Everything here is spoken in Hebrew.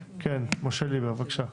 בבקשה.